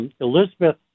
Elizabeth